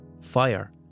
fire